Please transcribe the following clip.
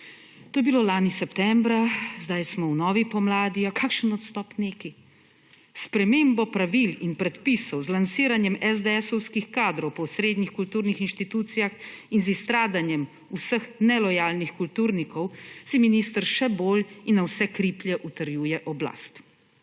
To je bilo lani septembra, zdaj smo v novi pomladi – ja, kakšen odstop neki? S spremembo pravil in predpisov, z lansiranjem esdeesovskih kadrov po osrednjih kulturnih institucijah in z izstradanjem vseh nelojalnih kulturnikov, si minister še bolj in na vse kriplje utrjuje oblast.